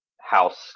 house